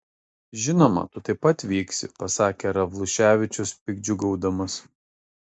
žinoma tu taip pat vyksi pasakė ravluševičius piktdžiugiaudamas